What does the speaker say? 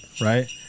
right